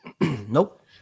Nope